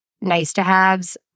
nice-to-haves